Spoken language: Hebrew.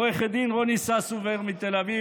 עו"ד רוני ססובר מתל אביב,